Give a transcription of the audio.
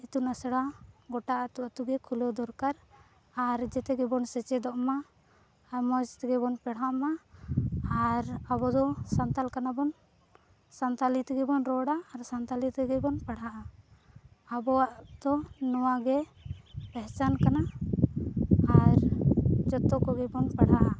ᱤᱛᱩᱱ ᱟᱥᱲᱟ ᱜᱚᱴᱟ ᱟᱹᱛᱩ ᱟᱹᱛᱩᱜᱮ ᱠᱷᱩᱞᱟᱹᱣ ᱫᱚᱨᱠᱟᱨ ᱟᱨ ᱡᱚᱛᱚ ᱜᱮᱵᱚᱱ ᱥᱮᱪᱮᱫᱚᱜᱼᱢᱟ ᱟᱨ ᱢᱚᱡᱽ ᱛᱮᱜᱮᱵᱚᱱ ᱯᱟᱲᱦᱟᱜᱼᱢᱟ ᱟᱨ ᱟᱵᱚᱫᱚ ᱥᱟᱱᱛᱟᱲ ᱠᱟᱱᱟᱵᱚᱱ ᱥᱟᱱᱛᱟᱲᱤ ᱛᱮᱜᱮᱵᱚᱱ ᱨᱚᱲᱟ ᱟᱨ ᱥᱟᱱᱛᱟᱲᱤ ᱛᱮᱜᱮᱵᱚᱱ ᱯᱟᱲᱦᱟᱜᱼᱟ ᱟᱵᱚᱣᱟᱜ ᱫᱚ ᱱᱚᱣᱟᱜᱮ ᱯᱮᱦᱪᱟᱱ ᱠᱟᱱᱟ ᱟᱨ ᱡᱚᱛᱚ ᱠᱚᱜᱮᱵᱚᱱ ᱯᱟᱲᱦᱟᱜᱼᱟ